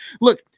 Look